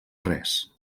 res